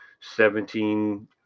seventeen